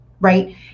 right